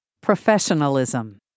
Professionalism